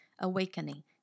awakening